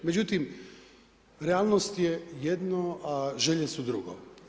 Međutim, realnost je jedno a želje su drugo.